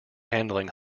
handling